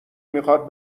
میخواد